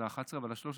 ל-11 ול-13?